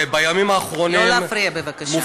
לא להפריע בבקשה.